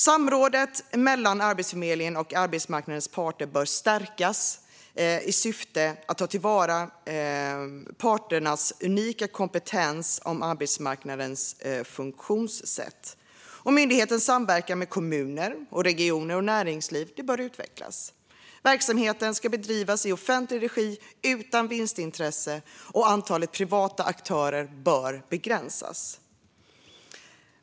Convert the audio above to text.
Samrådet mellan Arbetsförmedlingen och arbetsmarknadens parter bör stärkas i syfte att ta till vara parternas unika kompetens när det gäller arbetsmarknadens funktionssätt. Myndighetens samverkan med kommuner, regioner och näringsliv bör utvecklas. Verksamheten ska bedrivas i offentlig regi utan vinstintresse, och antalet privata aktörer bör begränsas.